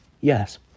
Yes